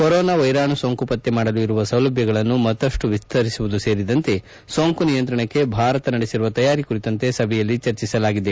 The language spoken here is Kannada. ಕೊರೋನಾ ವೈರಾಣು ಸೋಂಕು ಪತ್ತೆ ಮಾಡಲು ಇರುವ ಸೌಲಭ್ಯಗಳನ್ನು ಮತ್ತಷ್ಟು ವಿಸ್ತರಿಸುವುದು ಸೇರಿದಂತೆ ಸೋಂಕು ನಿಯಂತ್ರಣಕ್ಕೆ ಭಾರತ ನಡೆಸಿರುವ ತಯಾರಿ ಕುರಿತಂತೆ ಸಭೆಯಲ್ಲಿ ಚರ್ಚಿಸಲಾಗಿದೆ